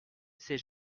ces